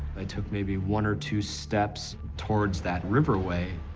i took maybe one or two steps towards that river way.